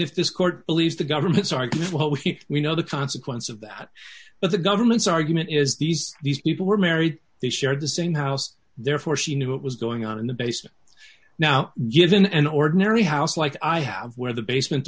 if this court believes the government's argument but we keep we know the consequence of that but the government's argument is these these people were married they shared the same house therefore she knew what was going on in the basement now given an ordinary house like i have where the basement